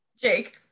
Jake